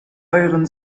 euren